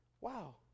Wow